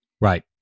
Right